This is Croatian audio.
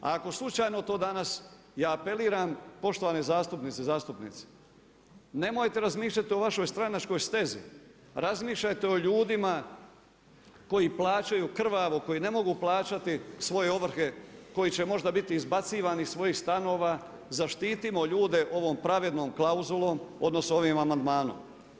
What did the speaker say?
Ako slučajno to danas i ja apeliram poštovane zastupnice i zastupnici, nemojte razmišljati o vašoj stranačkoj stezi, razmišljajte o ljudima koji plaćaju, koji ne mogu plaćati svoje ovrhe, koji će možda biti izbacivani iz svojih stanova, zaštitimo ljude ovom pravednom klauzulom, odnosno, ovim amandmanom.